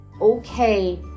okay